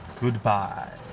Goodbye